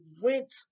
went